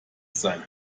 sein